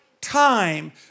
time